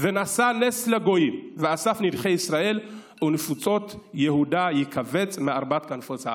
ונשא נס לגויים ואסף נדחי ישראל ונפוצות יהודה יקבץ מארבע כנפות הארץ".